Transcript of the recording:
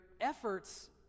efforts